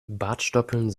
bartstoppeln